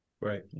Right